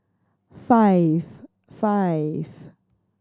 five five